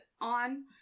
on